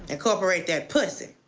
incorporate that pussy.